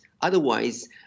Otherwise